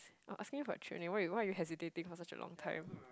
I'm asking for why you why you hesitating for such a long time